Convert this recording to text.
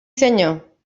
senyor